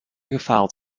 gefaald